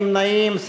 אין נמנעים.